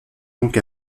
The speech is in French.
donc